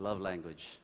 language